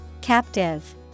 Captive